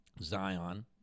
Zion